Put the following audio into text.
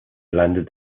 landed